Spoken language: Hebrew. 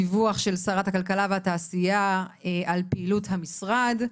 דיווח של שרת הכלכלה והתעשייה על פעילות המשרד,